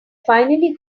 finally